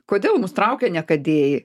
kodėl mus traukia niekadėjai